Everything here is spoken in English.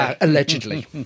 allegedly